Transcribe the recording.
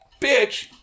bitch